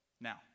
Now